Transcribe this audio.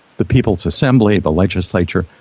the people's assembly, the legislature,